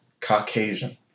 Caucasian